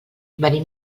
venim